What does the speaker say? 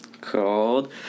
called